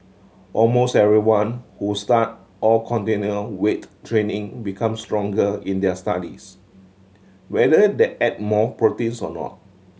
almost everyone who started or continued weight training become stronger in there studies whether they ate more proteins or not